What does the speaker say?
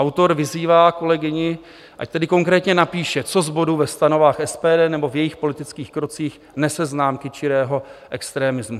Autor vyzývá kolegyni, ať tedy konkrétně napíše, co z bodů ve stanovách SPD nebo v jejích politických krocích nese známky čirého extrémismu.